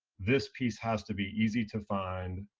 this piece has to be easy to find,